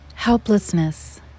Helplessness